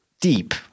deep